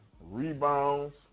rebounds